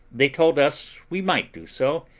they told us we might do so,